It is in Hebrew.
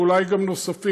ואולי גם נוספים,